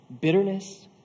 bitterness